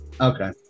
Okay